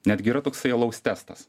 netgi yra toksai alaus testas